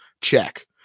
check